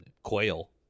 Quail